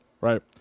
right